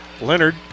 Leonard